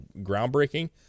groundbreaking –